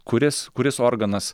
kuris kuris organas